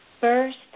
first